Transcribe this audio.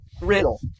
riddle